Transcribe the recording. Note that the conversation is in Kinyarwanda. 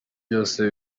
byose